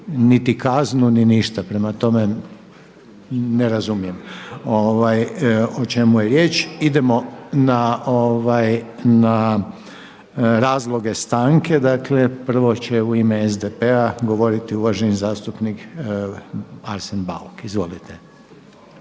niti kaznu ni ništa. Prema tome, ne razumijem o čemu je riječ. Idemo na razloge stanke. Dakle prvo će u ime SDP-a govoriti uvaženi zastupnik Arsen Bauk. Izvolite.